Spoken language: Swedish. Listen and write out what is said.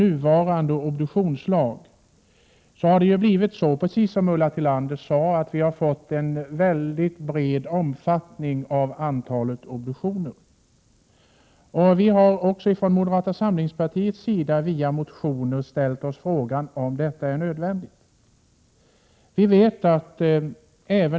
Nuvarande obduktionslag har, som Ulla Tillander sade, lett till att antalet obduktioner blivit mycket omfattande. Vi har från moderata samlingspartiets sida i motioner ställt frågan om detta är nödvändigt.